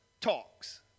talks